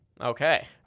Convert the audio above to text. Okay